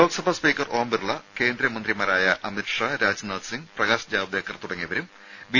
Lok Sabha speaker Om Birla കേന്ദ്രമന്ത്രിമാരായ അമിത് ഷാ രാജ്നാഥ് സിംഗ് പ്രകാശ് ജാവ്ദേക്കർ തുടങ്ങിയവരും B